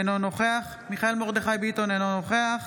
אינו נוכח מיכאל מרדכי ביטון, אינו נוכח